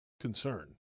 concern